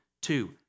two